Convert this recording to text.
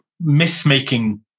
myth-making